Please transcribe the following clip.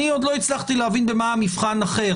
אני עוד לא הצלחתי להבין במה המבחן אחר.